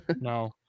no